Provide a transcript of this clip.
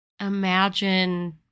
imagine